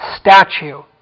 statue